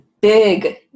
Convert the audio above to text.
big